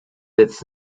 its